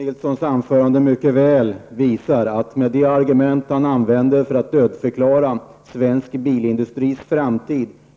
Herr talman! Med de argument som Rolf Nilson i sitt anförande använde för att dödförklara svensk bilindustri